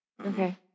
okay